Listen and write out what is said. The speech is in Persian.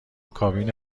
کابین